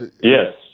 Yes